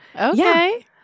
Okay